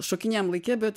šokinėjam laike bet